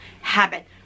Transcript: habit